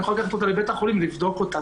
יכול לקחת אותה לבית החולים לבדוק אותה.